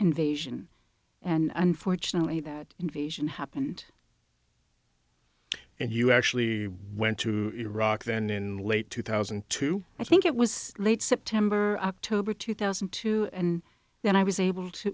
invasion and unfortunately that invasion happened and you actually went to iraq then in late two thousand and two i think it was late september october two thousand and two and then i was able to